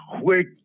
quick